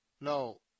No